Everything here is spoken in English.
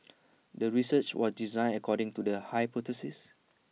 the research was designed according to the hypothesis